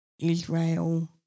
Israel